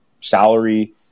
salary